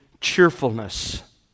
cheerfulness